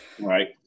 Right